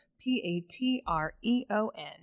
p-a-t-r-e-o-n